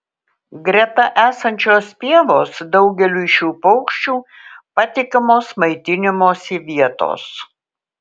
greta esančios pievos daugeliui šių paukščių patikimos maitinimosi vietos